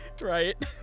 right